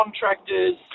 contractors